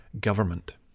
government